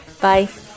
Bye